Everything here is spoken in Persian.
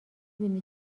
بینی